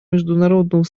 международного